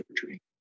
surgery